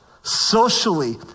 Socially